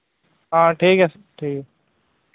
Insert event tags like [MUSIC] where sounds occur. ᱦᱮᱸ ᱴᱷᱤᱠ [UNINTELLIGIBLE] ᱴᱷᱤᱠ ᱜᱮᱭᱟ